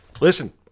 Listen